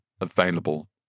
available